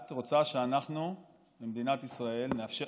את רוצה שאנחנו במדינת ישראל נאפשר?